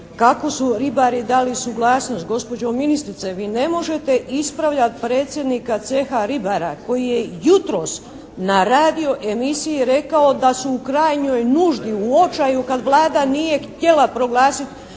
kako su ribari dali suglasnost. Gospođo ministrice, vi ne možete ispravljati predsjednika Ceha ribara koji je jutros na radio emisiji rekao da su u krajnjoj nuždi, u očaju kad Vlada nije htjela proglasiti,